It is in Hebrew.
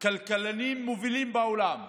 כלכלנים מובילים בעולם,